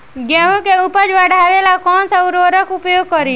गेहूँ के उपज बढ़ावेला कौन सा उर्वरक उपयोग करीं?